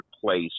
place